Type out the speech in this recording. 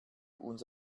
uns